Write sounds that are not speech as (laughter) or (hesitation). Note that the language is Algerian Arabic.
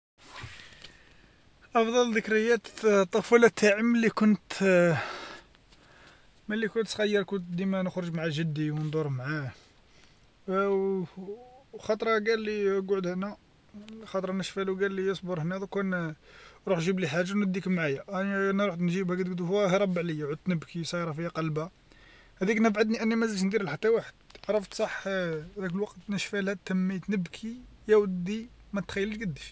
أفضل ذكريات (hesitation) الطفوله تاعي من اللي كنت (hesitation) من اللي كنت صغير كنت ديما نخرج مع جدي وندور معاه، (hesitation) و- وخطره قال لي قعد هنا، خطره نشفالو قالي اصبر هنا ضوك ن- روح جيبلي حاجه نديك معايا، أيا أنا رحت نجيبها قدقد هو هرب عليا، عدت نبكي خلاص راه فيا قلبه، هاذيك نفعتني أني ما نزيدش ندير لحتى واحد، عرفت صح (hesitation) في ذاك الوقت نشفالها تمييت نبكي، يا ودي ما تخيلش قداش.